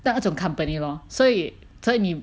那种 company lor 所以所以你